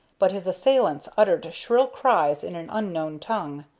but his assailants uttered shrill cries in an unknown tongue.